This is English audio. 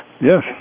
Yes